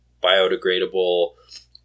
biodegradable